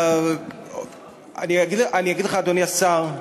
אני אגיד לך, אדוני השר,